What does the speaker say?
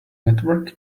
network